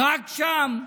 רק שם?